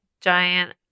giant